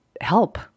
help